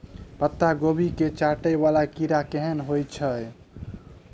पत्ता कोबी केँ चाटय वला कीड़ा केहन होइ छै?